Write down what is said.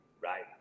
Right